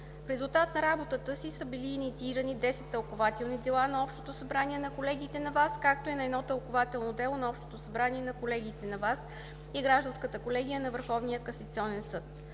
В резултат на работата си са били инициирани 10 тълкувателни дела на Общото събрание на колегиите на ВАС, както и едно тълкувателно дело на Общото събрание на колегиите на ВАС и Гражданската колегия на